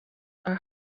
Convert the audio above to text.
are